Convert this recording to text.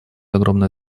огромное